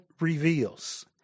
Reveals